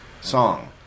song